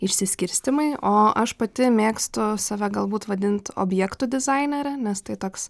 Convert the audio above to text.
išsiskirstymai o aš pati mėgstu save galbūt vadint objektų dizainere nes tai toks